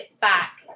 back